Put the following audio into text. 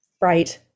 right